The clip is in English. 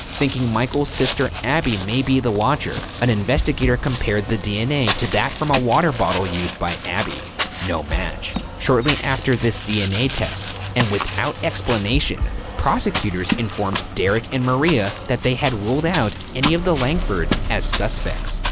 thinking michael's sister, abby, may be the watcher, an investigator compared the dna to that from a water bottle used by abby. no match. shortly after this dna test, and without explanation, prosecutors informed derek and maria that they had ruled out any of the langfords as suspects,